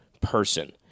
person